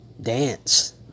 dance